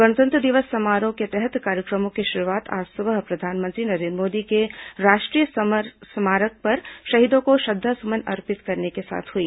गणतंत्र दिवस समारोह के तहत कार्यक्रमों की शुरूआत आज सुबह प्रधानमंत्री नरेन्द्र मोदी के राष्ट्रीय समर स्मारक पर शहीदों को श्रद्वासुमन अर्पित करने के साथ हुई